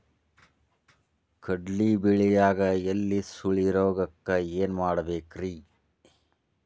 ಕಡ್ಲಿ ಬೆಳಿಯಾಗ ಎಲಿ ಸುರುಳಿರೋಗಕ್ಕ ಏನ್ ಮಾಡಬೇಕ್ರಿ?